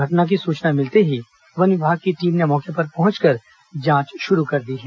घटना की सूचना मिलते ही वन विभाग की टीम ने मौके पर पहुंचकर जांच शुरू कर दी है